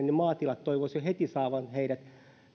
niin maatilat toivoisivat jo heti saavan heidät